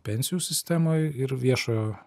pensijų sistemoje ir viešojo